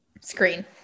screen